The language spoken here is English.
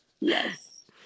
Yes